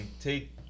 take